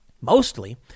mostly